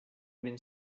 been